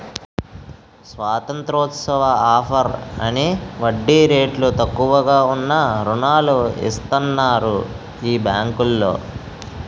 స్వతంత్రోత్సవం offer అని వడ్డీ రేట్లు తక్కువగా ఉన్న రుణాలు ఇస్తన్నారు ఈ బేంకులో